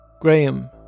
Graham